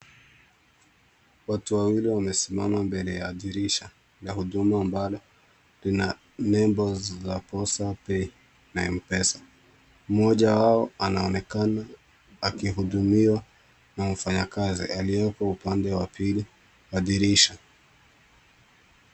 Watu wawili wamesimama mbele ya dirisha ya huduma ambalo lina nembo za Postapay na M-Pesa. Mmoja wao anaonekana akihudumiwa na mfanyikazi aliyopo upande wa pili wa dirisha.